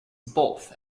both